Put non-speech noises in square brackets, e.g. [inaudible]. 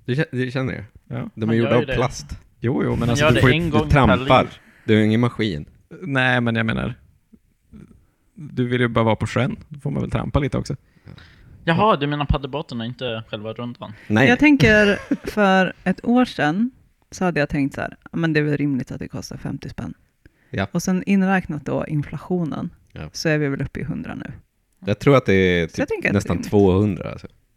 Det k- det känner jag. Ja. De Man är gjorda gör ju av det. plast. Jo, jo, men Man alltså gör du- det du får ju- en Du gång per trampar. liv. Det är ju ingen maskin. Nej, men jag menar, du vill ju bara vara på sjön. Då får man väl trampa lite också. Ja. Jaha, du menar paddelbåtarna och inte själva rundan? Nej. Jag tänker, [laughs] för ett år sedan så hade jag tänkt så här, "Ah, men det är väl rimligt att det kostar 50 spänn." Ja. Och sen inräknat då inflationen, Ja. så är vi väl uppe i 100 nu. Jag tror att det är Så typ jag tänker att det är nästan rimligt. 200 alltså.